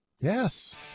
yes